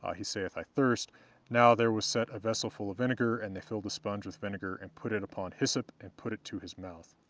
he saith i thirst now there was set a vessel full of vinegar and they filled a sponge with vinegar, and put it upon hyssop, and put it to his mouth.